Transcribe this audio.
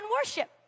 worship